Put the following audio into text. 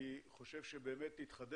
לאחר